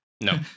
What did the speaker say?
no